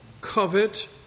covet